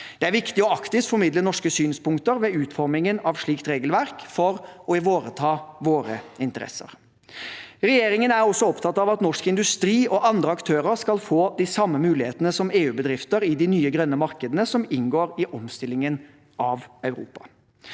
Det er viktig å aktivt formidle norske synspunkter ved utformingen av slikt regelverk for å ivareta våre interesser. Regjeringen er også opptatt av at norsk industri og andre aktører skal få de samme mulighetene som EU-bedrifter i de nye grønne markedene som inngår i omstillingen i Europa.